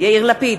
יאיר לפיד,